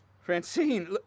Francine